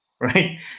right